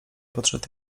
podszedł